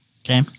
Okay